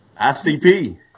ICP